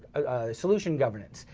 a solution governance,